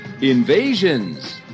invasions